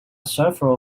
several